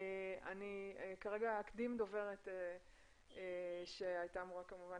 אני כרגע אקדים דוברת שהייתה אמורה כמובן